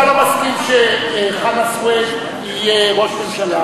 אתה לא מסכים שחנא סוייד יהיה ראש ממשלה,